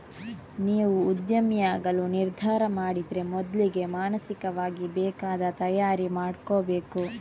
ನೀವು ಉದ್ಯಮಿಯಾಗಲು ನಿರ್ಧಾರ ಮಾಡಿದ್ರೆ ಮೊದ್ಲಿಗೆ ಮಾನಸಿಕವಾಗಿ ಬೇಕಾದ ತಯಾರಿ ಮಾಡ್ಕೋಬೇಕು